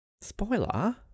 Spoiler